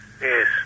Yes